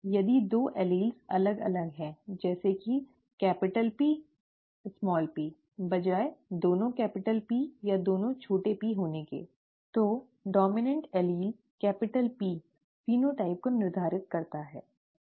यदि दो एलील अलग अलग हैं जैसे कि कैपिटल P स्मॉल p बजाय दोनों कैपिटल P या दोनों छोटे p होने के तो डॉम्इनॅन्ट एलील P फेनोटाइप को निर्धारित करता है ठीक है